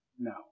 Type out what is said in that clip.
No